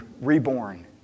reborn